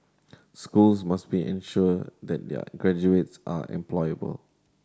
schools must be ensure that their graduates are employable